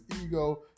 ego